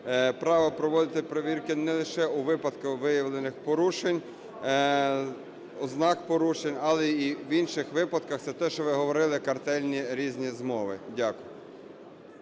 право проводити перевірки не лише у випадку виявлених порушень, ознак порушень, але і в інших випадках - це те, що ви говорили, - картельні різні змови. Дякую.